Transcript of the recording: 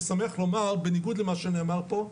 אני שמח לומר, בניגוד למה שנאמר פה,